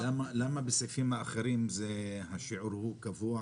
למה בסעיפים האחרים השיעור הוא קבוע